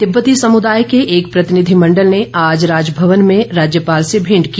तिब्बती समुदाय के एक प्रतिनिधिमण्डल ने आज राजभवन में राज्यपाल से भेंट की